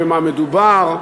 במה מדובר,